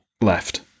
left